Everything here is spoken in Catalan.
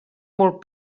molt